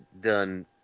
done